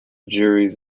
juries